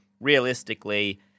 realistically